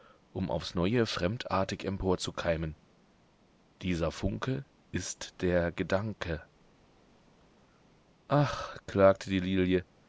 um aufs neue fremdartig emporzukeimen dieser funke ist der gedanke ach klagte die lilie